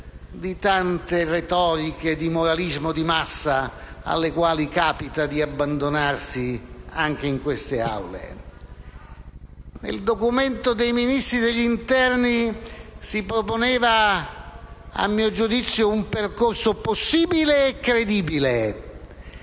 di tante retoriche di moralismo di massa alle quali capita di abbandonarsi anche in queste Aule. Il documento dei Ministri degli interni si proponeva - a mio giudizio - un percorso possibile e credibile